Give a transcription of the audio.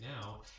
now